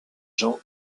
jean